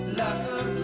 love